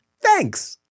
Thanks